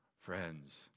friends